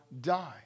die